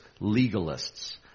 legalists